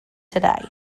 today